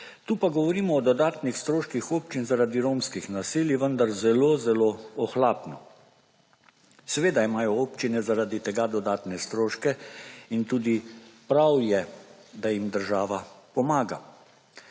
Tukaj pa govorimo o dodanih stroških občin, zaradi romskih naselij, vendar zelo zelo ohlapno. Seveda imajo občine, zaradi tega dodatne stroške in tudi prav je, da jim država pomaga,